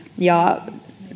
ja